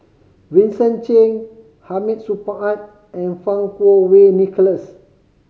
Vincent Cheng Hamid Supaat and Fang Kuo Wei Nicholas